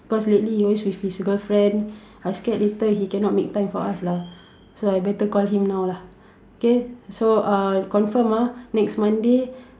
because lately he always with his girlfriend I scared later he cannot make time for us lah so I better call him now lah okay so uh confirm ah next Monday